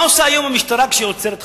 מה היום המשטרה עושה כשהיא עוצרת חשוד?